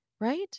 right